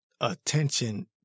attention